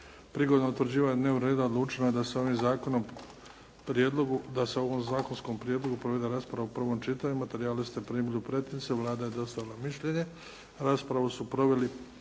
Prigodom utvrđivanja dnevnog reda odlučeno je da se o ovom zakonskom prijedlogu provede rasprava u prvom čitanju. Materijale ste primili u pretince. Vlada je dostavila mišljenje. Raspravu su proveli